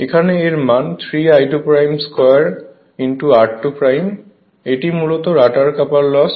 এখানে এর মান 3 I2 2 r2 এটি মূলত রটার কপার লস